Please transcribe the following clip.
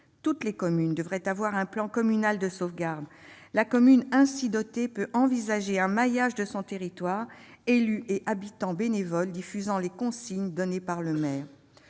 Toutes les communes devraient avoir un plan communal de sauvegarde ; elles pourront ainsi envisager un maillage de leur territoire, élus et habitants bénévoles diffusant les consignes données par le maire.